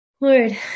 Lord